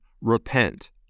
repent